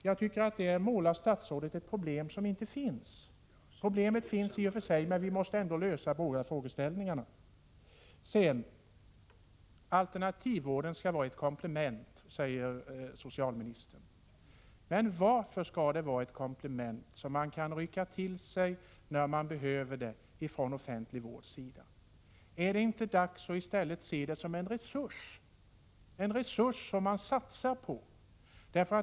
Jag tycker att statsrådet här målar upp ett problem som på sätt och vis inte finns. Vi måste ändå lösa båda problemen. Alternativvården skall vara ett komplement, säger socialministern. Men varför skall den vara ett komplement som man från den offentliga vårdens sida kan rycka till sig när man behöver? Är det inte dags att i stället se alternativvården som en resurs, en resurs som man satsar på?